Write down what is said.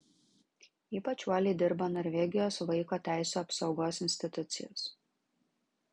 ypač uoliai dirba norvegijos vaiko teisių apsaugos institucijos